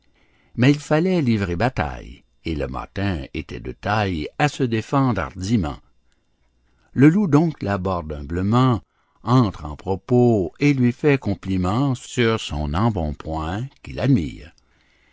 mais il fallait livrer bataille et le mâtin était de taille à se défendre hardiment le loup donc l'aborde humblement entre en propos et lui fait compliment sur son embonpoint qu'il admire